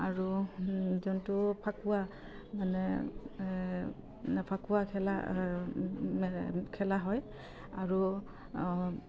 আৰু যোনটো ফাকুৱা মানে ফাকুৱা খেলা খেলা হয় আৰু